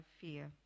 fear